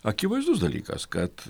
akivaizdus dalykas kad